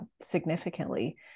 significantly